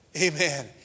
Amen